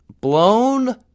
blown